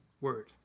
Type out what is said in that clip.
Word